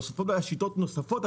אמנם נוספו שיטות נוספות,